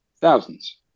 thousands